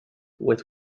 with